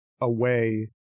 away